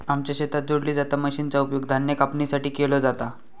आमच्या शेतात जोडली जाता मशीनचा उपयोग धान्य कापणीसाठी केलो जाता